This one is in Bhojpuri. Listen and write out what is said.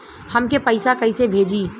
हमके पैसा कइसे भेजी?